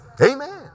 Amen